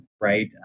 right